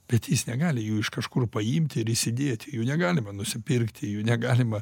bet jis negali jų iš kažkur paimti ir įsidėti jų negalime nusipirkti jų negalima